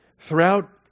throughout